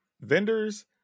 vendors